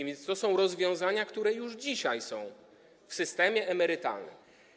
A więc to są rozwiązania, które już dzisiaj są w systemie emerytalnym.